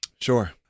Sure